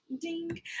Ding